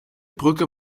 brücke